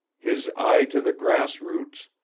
his eye to the grassroots,